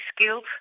skills